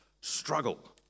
struggle